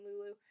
Lulu